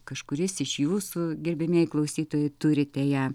kažkuris iš jūsų gerbiamieji klausytojai turite ją